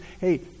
hey